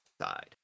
side